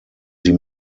sie